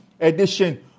edition